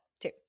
two